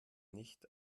nicht